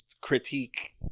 critique